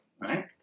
right